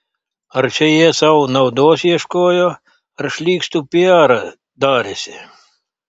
ar čia jie sau naudos ieškojo ar šlykštų piarą darėsi